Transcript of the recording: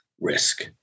risk